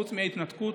חוץ מההתנתקות,